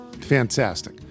Fantastic